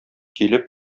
килеп